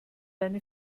eine